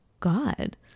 god